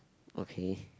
okay